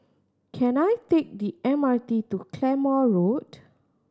can I take the M R T to Claymore Road